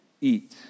eat